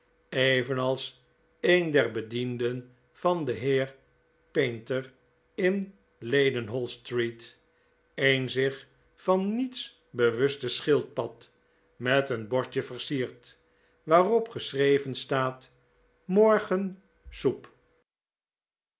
evenals een der bedienden van den heer paynter in leadenhallstreet een zich van niets bewuste schildpad met een bordje versiert waarop geschreven staat morgen